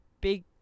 big